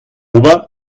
ober